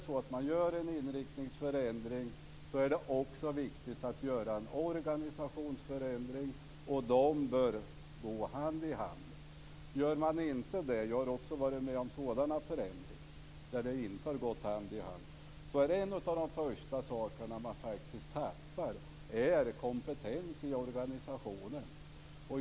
Gör man en inriktningsförändring är det också viktigt att göra en organisationsförändring. De bör gå hand i hand. Gör man inte det - jag har också varit med om förändringar där detta inte har gått hand i hand - är en av de första sakerna man tappar kompetens i organisationen.